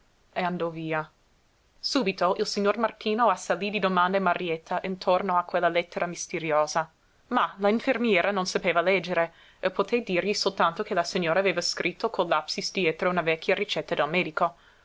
e andò via subito il signor martino assalí di domande marietta intorno a quella lettera misteriosa ma la infermiera non sapeva leggere e poté dirgli soltanto che la signora aveva scritto col lapis dietro una vecchia ricetta del medico